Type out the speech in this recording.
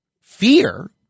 fear